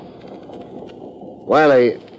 Wiley